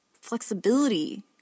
flexibility